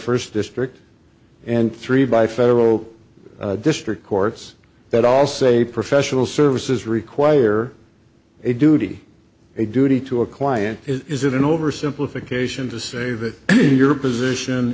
first district and three by federal district courts that all say professional services require a duty a duty to a client is it an oversimplification to say that your position